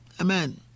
amen